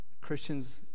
Christians